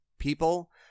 people